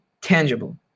tangible